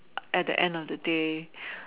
at the end of the day